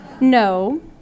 No